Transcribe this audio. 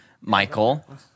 Michael